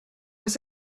was